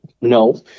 No